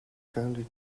county